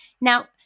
Now